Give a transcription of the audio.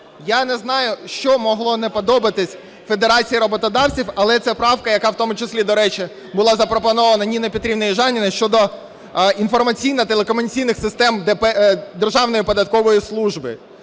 Я не знаю, що могло не сподобатись Федерації роботодавців, але це правка, яка в тому числі, до речі, була запропонована Ніною Петрівною Южаніною щодо інформаційно-телекомунікаційних систем Державної податкової служби.